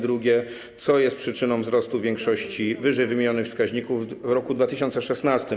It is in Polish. Drugie: Co jest przyczyną wzrostu większości ww. wskaźników w roku 2016?